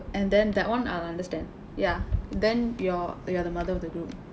and then that [one] I'll understand ya then you're you are the mother of the group